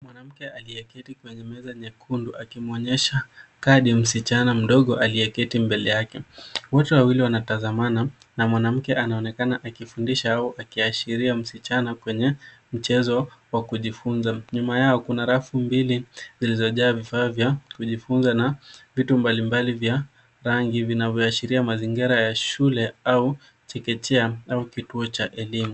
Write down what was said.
Mwanamke aliyeketi kwenye meza nyekundu akimwonyesha kadi msichana mdogo aliyeketi mbele yake. Wote wawili wanatazamana na mwanamke anaonekana akifundisha au akiashiria msichana kwenye mchezo wa kujifunza. Nyuma yao kuna rafu mbili zilizojaa vifaa vya kujifunza na vitu mbalimbali vya rangi vinavyoashiria mazingira ya shule au chekechea au kituo cha elimu.